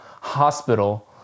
hospital